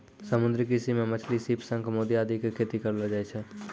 समुद्री कृषि मॅ मछली, सीप, शंख, मोती आदि के खेती करलो जाय छै